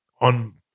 on